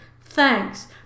Thanks